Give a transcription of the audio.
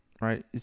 right